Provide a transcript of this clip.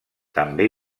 també